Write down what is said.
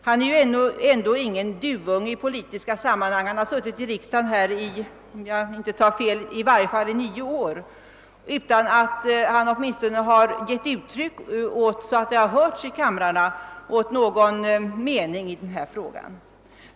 Han är ändå ingen duvunge i politiska sammanhang; han har suttit i riksdagen - om jag inte tar fel — i varje fall i nio år utan att han, åtminstone så att det har hörts i kamrarna, har givit uttryck åt någon mening i denna fråga.